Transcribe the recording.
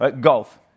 Golf